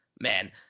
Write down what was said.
man